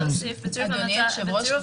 אדוני היושב-ראש,